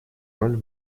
роль